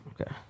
Okay